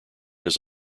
had